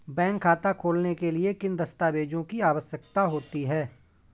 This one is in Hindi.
बैंक खाता खोलने के लिए किन दस्तावेजों की आवश्यकता होती है?